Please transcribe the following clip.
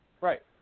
Right